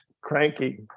cranky